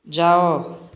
ଯାଅ